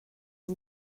and